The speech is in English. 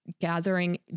gathering